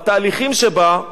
והתהליכים שבה,